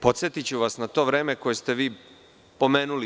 Podsetiću vas na to vreme koje ste vi pomenuli.